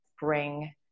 bring